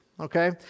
Okay